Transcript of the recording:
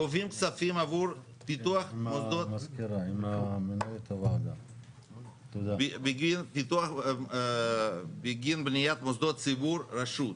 גובים כספים עבור פיתוח מוסדות בגין בניית מוסדות ציבור רשות.